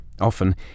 Often